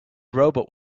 robot